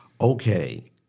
Okay